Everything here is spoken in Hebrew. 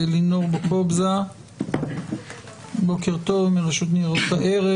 לינור בוקובזה מרשות ניירות הערך,